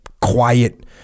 quiet